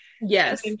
Yes